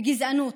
בגזענות,